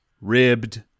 ribbed